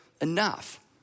enough